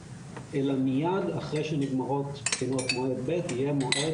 אלא מייד אחרי שנגמרות בחינות מועד ב' יהיה מועד